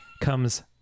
comes